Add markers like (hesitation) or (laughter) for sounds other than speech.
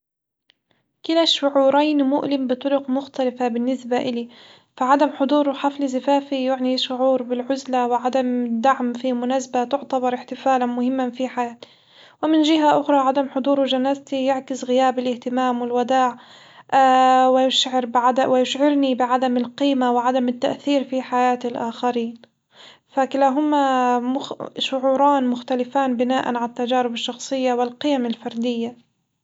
كلا الشعورين مؤلم بطرق مختلفة بالنسبة إلي، فعدم حضوره حفل زفافي يعني شعور بالعزلة وعدم الدعم في مناسبة تعتبر احتفالًا مهمًا في حياتي، ومن جهة أخرى عدم حضور جنازتي يعكس غياب الاهتمام والوداع (hesitation) ويشعر بعد- ويشعرني بعدم القيمة وعدم التأثير في حياة الآخرين، فكلاهما مخ- شعوران مختلفان بناء على التجارب الشخصية والقيم الفردية.